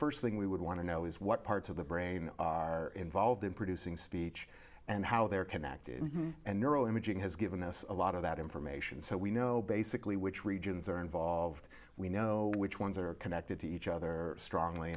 first thing we would want to know is what parts of the brain are involved in producing speech and how they are connected and neuro imaging has given us a lot of that information so we know basically which regions are involved we know which ones are connected to each other strongly